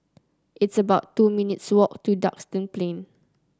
it's about two minutes' walk to Duxton Plain